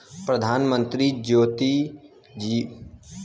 प्रधानमंत्री जीवन ज्योति बीमा योजना अठ्ठारह से पचास साल के लोगन खातिर हौ